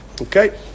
Okay